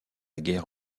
guerre